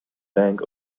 bank